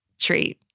treat